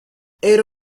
era